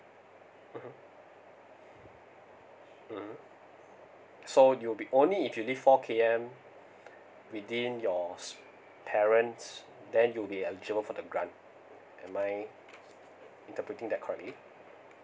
(uh huh) (uh huh) so you'll be only if you live four K M within your parents then you'll be eligible for the grant am I interpreting that correctly